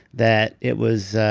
that it was.